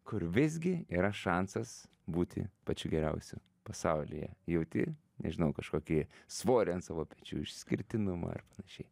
kur visgi yra šansas būti pačiu geriausiu pasaulyje jauti nežinau kažkokį svorį ant savo pečių išskirtinumą ir panašiai